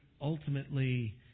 ultimately